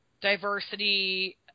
diversity